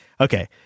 okay